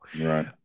Right